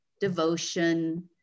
devotion